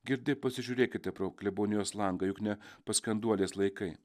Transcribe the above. girdi pasižiūrėkite pro klebonijos langą juk ne paskenduolės laikai